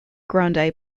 grande